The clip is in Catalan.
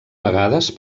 vegades